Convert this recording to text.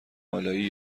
مالایی